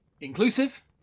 inclusive